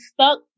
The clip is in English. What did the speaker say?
stuck